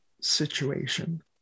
situation